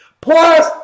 Plus